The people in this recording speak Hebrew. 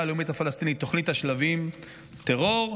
הלאומית הפלסטינית "תוכנית השלבים": טרור,